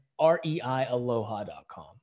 REIAloha.com